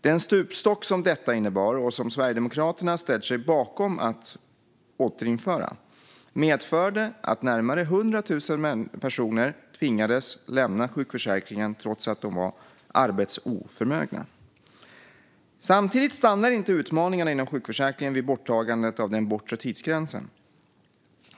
Den stupstock som detta innebar, och som Sverigedemokraterna ställt sig bakom att återinföra, medförde att närmare 100 000 personer tvingades lämna sjukförsäkringen trots att de var arbetsoförmögna. Samtidigt stannar inte utmaningarna inom sjukförsäkringen vid borttagandet av den bortre tidsgränsen.